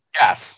Yes